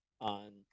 on